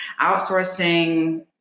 outsourcing